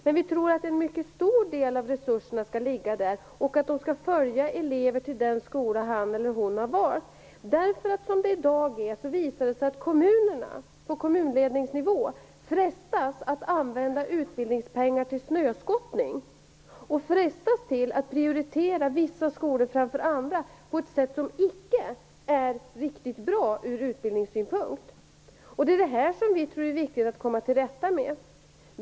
Men vi tror att en mycket stor del av resurserna skall ligga där och att de skall följa eleven till den skola som han eller hon har valt. Som det i dag är har det nämligen visat sig att kommunerna på kommunledningsnivå frestas att använda utbildningspengar till snöskottning och frestas till att prioritera vissa skolor framför andra på ett sätt som icke är riktigt bra ur utbildningssynpunkt. Det är detta som vi tror är viktigt att man kommer till rätta med.